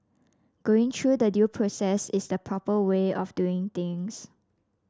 going through the due process is the proper way of doing things